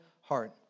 heart